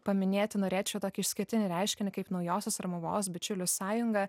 paminėti norėčiau tokį išskirtinį reiškinį kaip naujosios romuvos bičiulių sąjungą